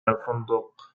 الفندق